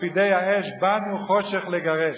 לפידי האש, "באנו חושך לגרש".